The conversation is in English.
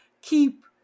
keep